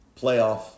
playoff